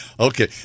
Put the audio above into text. Okay